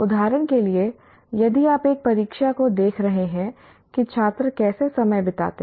उदाहरण के लिए यदि आप एक परीक्षा को देख रहे हैं कि छात्र कैसे समय बिताते हैं